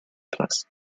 place